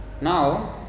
Now